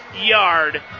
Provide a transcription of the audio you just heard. yard